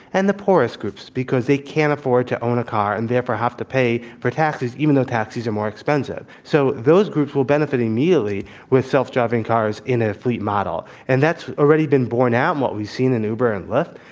and the poorest groups, because they can't afford to own a car and therefore have to pay for taxis, even though taxes are more expensive. so, those groups will benefit immediately with self-driving cars in a fleet model, and that's already been borne out of what we've seen in uber and lyft.